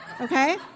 Okay